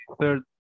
third